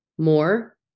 more